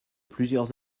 plusieurs